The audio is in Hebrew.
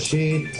ראשית,